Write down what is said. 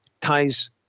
ties